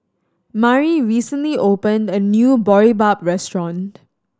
Mari recently opened a new Boribap restaurant